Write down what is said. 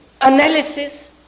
analysis